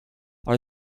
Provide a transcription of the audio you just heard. are